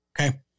Okay